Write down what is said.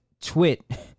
twit